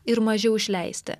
ir mažiau išleisti